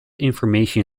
information